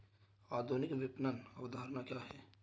आधुनिक विपणन अवधारणा क्या है?